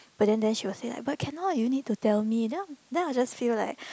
but then then she will say like but cannot you need to tell me then then I'll just feel like